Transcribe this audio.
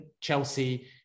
Chelsea